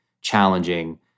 challenging